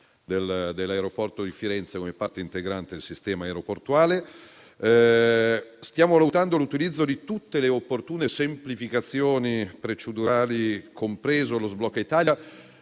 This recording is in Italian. dell'aeroporto di Firenze come parte integrante del sistema aeroportuale. Stiamo valutando l'utilizzo di tutte le opportune semplificazioni procedurali, compreso lo sblocca Italia,